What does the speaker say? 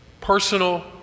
Personal